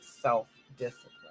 Self-discipline